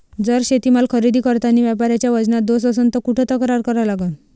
जर शेतीमाल खरेदी करतांनी व्यापाऱ्याच्या वजनात दोष असन त कुठ तक्रार करा लागन?